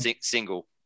single